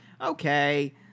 Okay